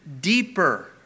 deeper